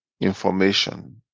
information